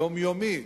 יומיומית,